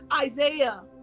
isaiah